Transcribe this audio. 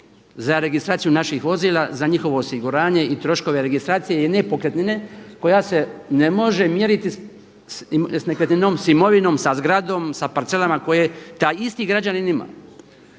za registraciju naših vozila, za njihovo osiguranje i troškove registracije i nepokretnine koja se ne može mjeriti sa nekretninom, sa imovinom, sa zgradom, sa parcelama koje taj isti građanin ima.